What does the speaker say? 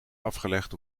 afgelegd